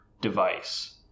device